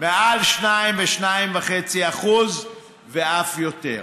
מעל 2% ו-2.5% ואף יותר.